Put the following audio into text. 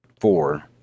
four